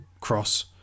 cross